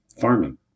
farming